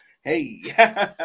Hey